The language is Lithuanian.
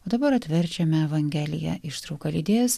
dabar atverčiame evangeliją ištrauką lydės